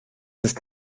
ist